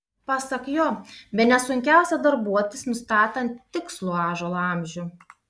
pasak jo bene sunkiausia darbuotis nustatant tikslų ąžuolo amžių